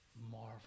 marvel